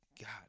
god